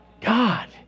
God